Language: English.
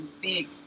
big